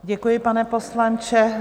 Děkuji, pane poslanče.